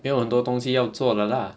没有很多东西要做的啦